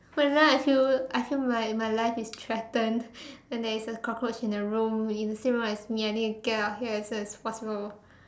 whenever I feel I feel like my life is threatened when there is a cockroach in the room in the same room as me I need to get out of here as soon as possible